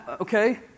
Okay